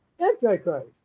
Antichrist